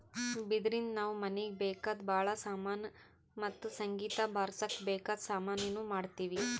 ಬಿದಿರಿನ್ದ ನಾವ್ ಮನೀಗ್ ಬೇಕಾದ್ ಭಾಳ್ ಸಾಮಾನಿ ಮತ್ತ್ ಸಂಗೀತ್ ಬಾರ್ಸಕ್ ಬೇಕಾದ್ ಸಾಮಾನಿನೂ ಮಾಡ್ತೀವಿ